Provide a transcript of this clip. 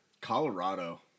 Colorado